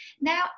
now